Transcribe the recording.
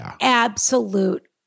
absolute